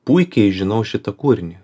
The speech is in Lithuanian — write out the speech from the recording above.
puikiai žinau šitą kūrinį